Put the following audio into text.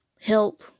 help